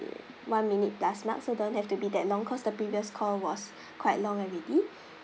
one minute plus mark so don't have to be that long cause the previous call was quite long already